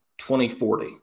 2040